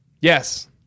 yes